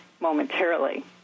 momentarily